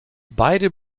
beide